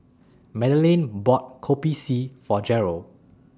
Madeleine bought Kopi C For Jeryl